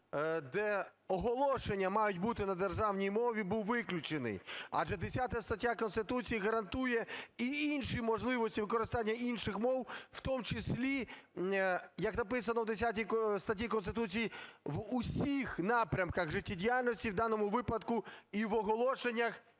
де оголошення мають бути на державній мові, був виключений. Адже 10 стаття Конституції гарантує і інші можливості використання інших мов, в тому числі як написано в 10 статті Конституції, в усіх напрямках життєдіяльності і в даному випадку і в оголошеннях,